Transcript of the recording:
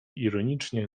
ironicznie